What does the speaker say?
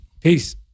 Peace